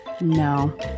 no